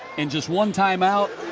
and just one time-out,